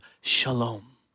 shalom